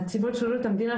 נציבות שירות המדינה,